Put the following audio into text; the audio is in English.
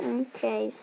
okay